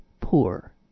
poor